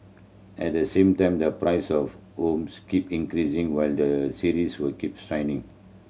at the same time the price of homes keep increasing while their sizes were keep